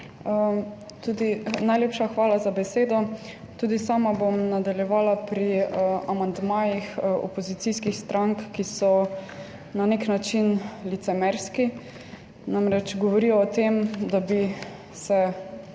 Najlepša hvala za besedo. Tudi sama bom nadaljevala pri amandmajih opozicijskih strank, ki so na nek način licemerski. Namreč, govorijo o tem, da bi se